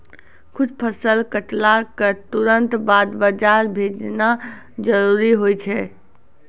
कुछ फसल कटला क तुरंत बाद बाजार भेजना जरूरी होय छै